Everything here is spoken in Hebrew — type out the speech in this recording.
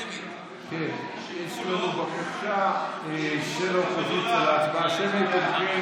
לנו בקשה של האופוזיציה להצבעה שמית.